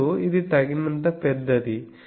ఇప్పుడు ఇది తగినంత పెద్దది